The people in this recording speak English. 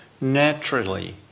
naturally